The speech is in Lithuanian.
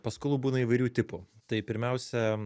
paskolų būna įvairių tipų tai pirmiausia